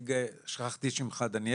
תודה.